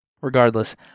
Regardless